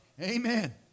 Amen